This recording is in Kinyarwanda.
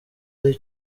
ari